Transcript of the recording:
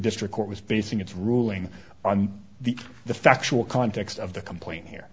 district court was basing its ruling on the the factual context of the complaint here